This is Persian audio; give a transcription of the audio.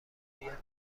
بیاد